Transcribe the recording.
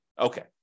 Okay